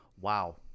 Wow